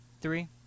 three